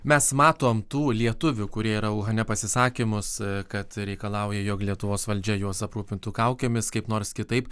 mes matom tų lietuvių kurie yra uhane pasisakymus kad reikalauja jog lietuvos valdžia juos aprūpintų kaukėmis kaip nors kitaip